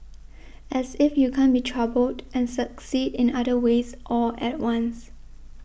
as if you can't be troubled and succeed in other ways all at once